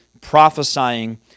prophesying